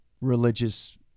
religious